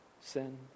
sin